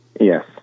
Yes